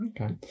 okay